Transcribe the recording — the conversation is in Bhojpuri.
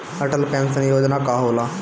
अटल पैंसन योजना का होला?